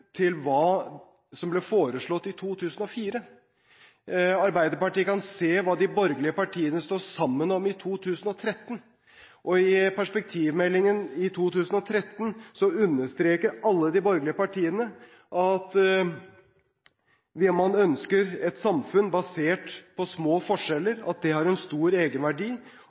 på hva de borgerlige partiene står sammen om i 2013. I perspektivmeldingen i 2013 understreker alle de borgerlige partiene at man ønsker et samfunn basert på små forskjeller. Det har en stor egenverdi.